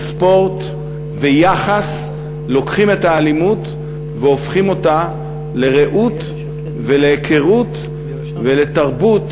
ספורט ויחס לוקחים את האלימות והופכים אותה לרעוּת ולהיכרות ולתרבות,